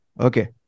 okay